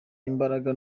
imbaraga